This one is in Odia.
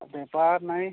ବେପାର୍ ନାଇଁ